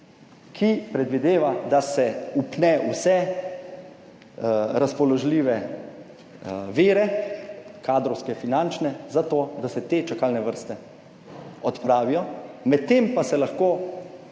ki predvideva, da se vpne vse razpoložljive vire, kadrovske, finančne za to, da se te čakalne vrste odpravijo, medtem pa se lahko